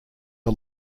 are